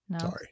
Sorry